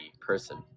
person